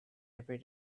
every